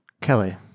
Kelly